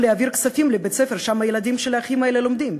או להעביר כספים לבית-הספר שבו הילדים של האחים האלה לומדים.